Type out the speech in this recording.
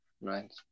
right